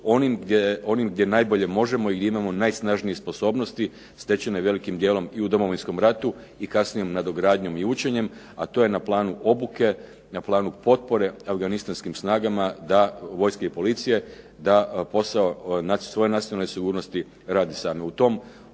onim gdje najbolje možemo ili imamo najsnažnijih sposobnosti stečene velikim dijelom i u Domovinskom ratu i kasnijom nadogradnjom i učenjem, a to je na planu obuke, na planu potpore afganistanskim snagama vojske i policije da posao svoje nacionalne sigurnosti rade same. U tom